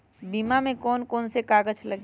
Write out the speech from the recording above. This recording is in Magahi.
बीमा में कौन कौन से कागज लगी?